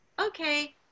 okay